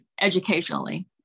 educationally